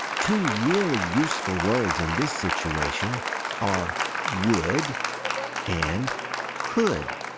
two really useful words in this situation are would and could.